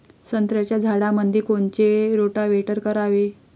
संत्र्याच्या झाडामंदी कोनचे रोटावेटर करावे?